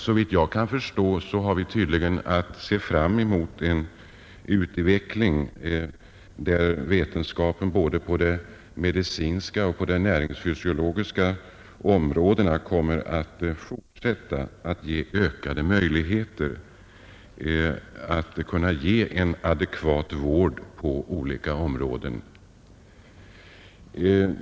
Såvitt jag kan förstå har vi tydligen att se fram emot en utveckling där vetenskapen på både det medicinska och näringsfysiologiska området kommer att ge ökade möjligheter till en adekvat vård i olika sammanhang.